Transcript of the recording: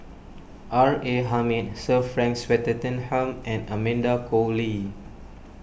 R A Hamid Sir Frank Swettenham and Amanda Koe Lee